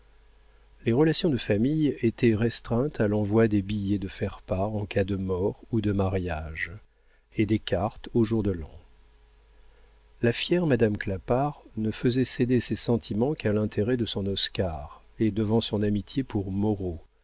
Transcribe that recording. les relations de famille étaient restreintes à l'envoi des billets de faire part en cas de mort ou de mariage et des cartes au jour de l'an la fière madame clapart ne faisait céder ses sentiments qu'à l'intérêt de son oscar et devant son amitié pour moreau